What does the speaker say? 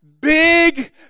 big